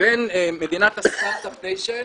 בין מדינת הסטרטאפ ניישן,